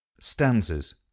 Stanzas